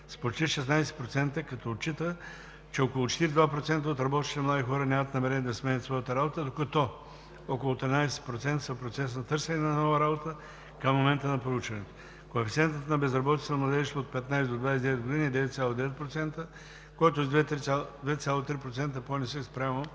с почти 16%, като отчита, че около 42% от работещите млади хора нямат намерение да сменят своята работа, докато около 13% са в процес на търсене на нова работа към момента на проучването. Коефициентът на безработица за младежите от 15 до 29 години е 9,9%, който е с 2,3% по-нисък спрямо